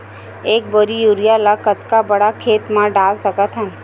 एक बोरी यूरिया ल कतका बड़ा खेत म डाल सकत हन?